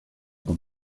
con